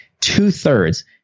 two-thirds